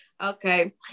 Okay